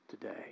today